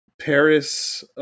Paris